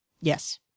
Yes